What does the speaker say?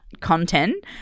content